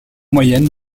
moyennes